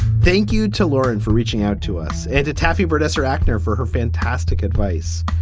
thank you to lauren for reaching out to us and to taffy burdette's or actor for her fantastic advice.